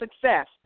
success